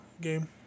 game